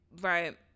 right